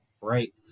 right